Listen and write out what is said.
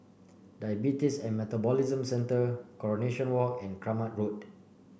Diabetes and Metabolism Centre Coronation Walk and Kramat Road